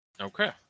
Okay